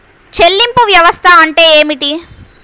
చెల్లింపు వ్యవస్థ అంటే ఏమిటి?